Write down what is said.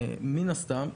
מין הסתם,